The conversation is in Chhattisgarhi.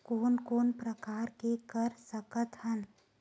कोन कोन प्रकार के कर सकथ हन?